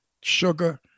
sugar